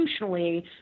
institutionally